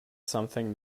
something